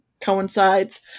coincides